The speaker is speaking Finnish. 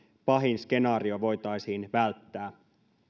pahin skenaario voitaisiin välttää